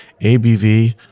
ABV